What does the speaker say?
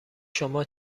شما